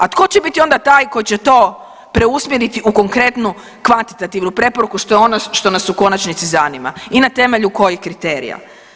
A tko će bit onda taj koji će to preusmjeriti u konkretnu kvantitativnu preporuku što je ono što nas u konačnici zanima i na temelju kojih kriterija.